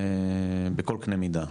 בכל קנה מידה,